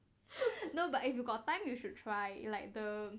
no but if you got time you should try like the